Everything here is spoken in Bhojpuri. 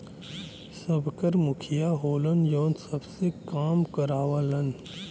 सबकर मुखिया होलन जौन सबसे काम करावलन